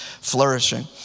flourishing